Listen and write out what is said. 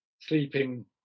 sleeping